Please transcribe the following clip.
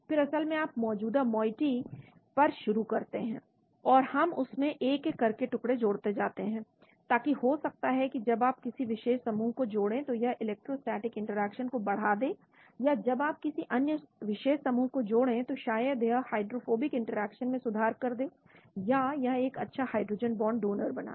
फिर असल में आप मौजूदा मॉइटि पर शुरू करते हैं और हम उसमें एक एक करके टुकड़े जोड़ते जाते हैं ताकि हो सकता है कि जब आप किसी विशेष समूह को जोड़ें तो यह इलेक्ट्रोस्टैटिक इंटरैक्शन को बढ़ा दे या जब आप किसी अन्य विशेष समूह को जोड़ें तो शायद यह हाइड्रोफोबिक इंटरैक्शन में सुधार कर दे या यह एक अच्छा हाइड्रोजन बांड डोनर बना दे